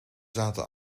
zaten